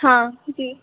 हाँ जी